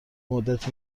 مدتی